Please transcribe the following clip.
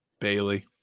Bailey